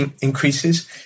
increases